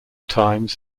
times